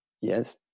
Yes